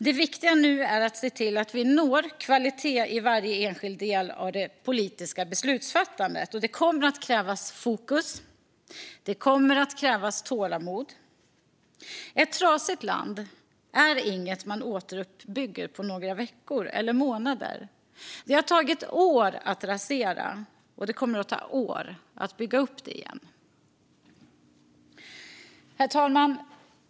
Det viktiga nu är att se till att vi når kvalitet i varje enskild del av det politiska beslutsfattandet. Och det kommer att krävas fokus, och det kommer att krävas tålamod. Ett trasigt land är inget man återuppbygger på några veckor eller några månader. Det har tagit år att rasera, och det kommer att ta år att bygga upp det igen. Herr talman!